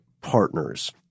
partners